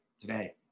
today